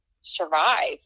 survive